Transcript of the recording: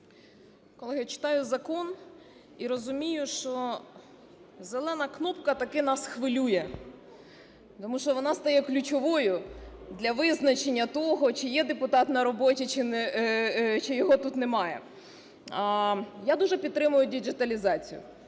Колеги, читаю закон і розумію, що зелена кнопка таки нас хвилює, тому що вона стає ключовою для визначення того, чи є депутат на роботі, чи його тут немає. Я дуже підтримую діджиталізацію,